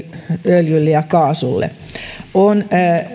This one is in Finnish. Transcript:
öljylle ja kaasulle on